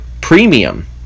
Premium